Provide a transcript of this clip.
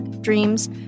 dreams